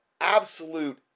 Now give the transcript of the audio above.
absolute